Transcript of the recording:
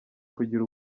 kugira